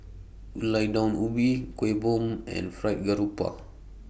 Gulai Daun Ubi Kueh Bom and Fried Garoupa